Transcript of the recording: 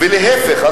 להיפך,